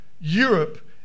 Europe